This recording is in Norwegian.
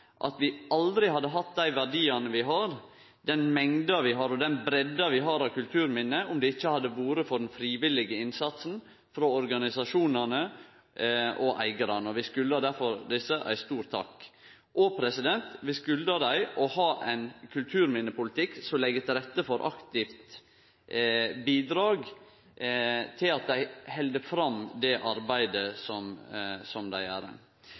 at vi aldri hadde hatt dei verdiane vi har, den mengda vi har, og den breidda vi har av kulturminne, om det ikkje hadde vore for den frivillige innsatsen frå organisasjonane og eigarane. Vi skuldar difor desse ei stor takk – også for å ha ein kulturminnepolitikk som legg til rette for at dei aktivt bidreg til at dei kan halde fram dette arbeidet. Det handlar frå Senterpartiet si side om at vi må styrke dei